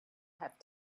have